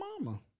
mama